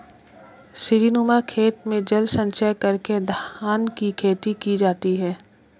सीढ़ीनुमा खेत में जल संचय करके धान की खेती की जाती है